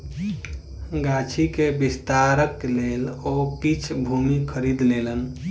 गाछी के विस्तारक लेल ओ किछ भूमि खरीद लेलैन